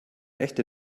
echte